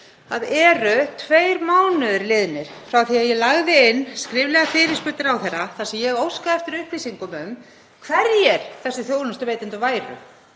Það eru tveir mánuðir liðnir frá því að ég lagði inn skriflega fyrirspurn til ráðherra þar sem ég óskaði eftir upplýsingum um hverjir þessir þjónustuveitendur væru